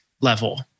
level